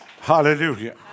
Hallelujah